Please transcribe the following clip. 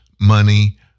money